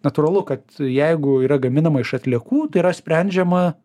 natūralu kad jeigu yra gaminama iš atliekų tai yra sprendžiama